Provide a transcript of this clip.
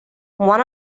one